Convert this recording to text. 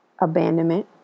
abandonment